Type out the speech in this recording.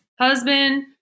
husband